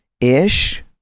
ish